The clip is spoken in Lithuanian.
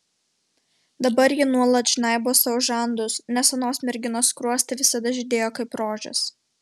dabar ji nuolat žnaibo sau žandus nes anos merginos skruostai visada žydėjo kaip rožės